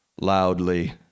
Loudly